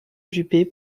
juppé